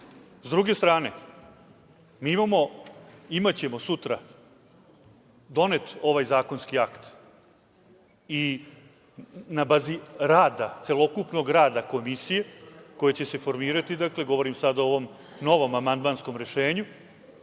druge strane, mi ćemo imati sutra donet ovaj zakonski akt i na bazi celokupnog rada Komisije, koja će se formirati, govorim sada o novom amandmanskom rešenju,